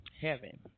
heaven